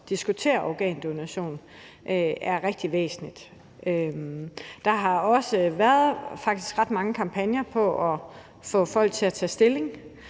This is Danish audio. at diskutere organdonation, er rigtig væsentligt. Der har faktisk også været ret mange kampagner for at få folk til at tage stilling,